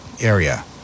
area